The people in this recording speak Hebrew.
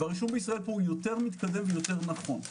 הרישום בישראל הוא יותר מתקדם ויותר נכון.